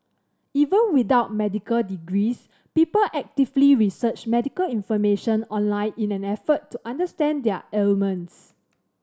even without medical degrees people actively research medical information online in an effort to understand their ailments